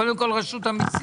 קודם כול, רשות המסים.